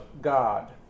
God